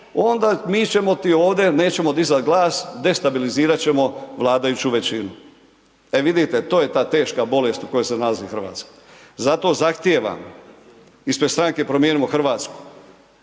onda mi ćemo ti ovdje, nećemo dizati glas destabilizirati ćemo vladajuću većinu. E vidite to je ta teška bolest u kojoj se nalazi Hrvatska. Zato zahtijevam ispred stranke Promijenimo Hrvatsku,